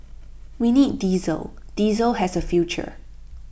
we need diesel diesel has A future